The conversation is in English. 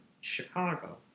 Chicago